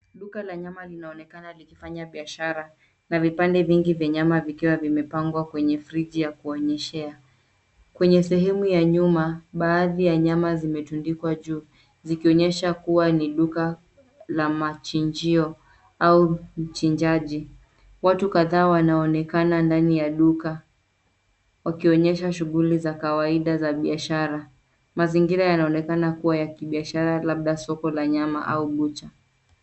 Duka la nyama linaonekana likifanya biashara na vipande vingi vya nyama vikiwa vimepangwa kwenye friji ya kuonyeshea. Kwenye sehemu ya nyuma baadhi ya nyama zimetundikwa juu zikionyesha kuwa ni duka la machinjio au mchinjaji. Watu kadhaa wanaonekana ndani ya duka wakionyesha shughuli za kawaida za biashara. Mazingira yanaonekana kuwa ya kibiashara labda soko la nyama au butcher .